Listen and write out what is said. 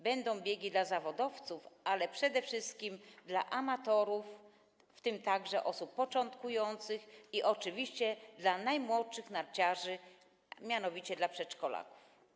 Będą biegi dla zawodowców, ale przede wszystkim dla amatorów, w tym także osób początkujących i oczywiście dla najmłodszych narciarzy, czyli dla przedszkolaków.